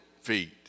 feet